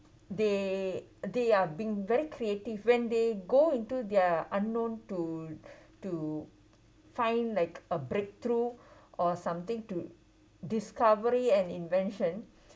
they they are being very creative when they go into their unknown to to find like a breakthrough or something to discovery and invention